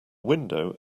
window